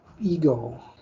ego